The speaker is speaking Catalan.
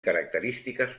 característiques